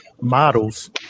models